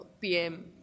PM